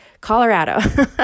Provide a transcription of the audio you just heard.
Colorado